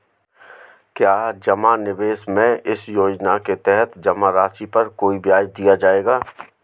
क्या जमा निवेश में इस योजना के तहत जमा राशि पर कोई ब्याज दिया जाएगा?